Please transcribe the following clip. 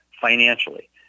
financially